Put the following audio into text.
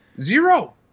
Zero